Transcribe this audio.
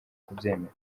kubyemera